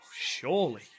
surely